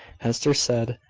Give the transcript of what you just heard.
hester said.